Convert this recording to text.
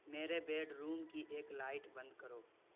میرے bedroom کی ایک لائٹ بند کرو